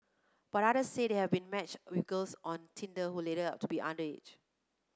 but others say they have been matched with girls on Tinder who later turned out to be under it